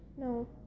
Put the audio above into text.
No